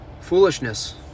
Foolishness